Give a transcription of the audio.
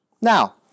Now